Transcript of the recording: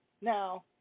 now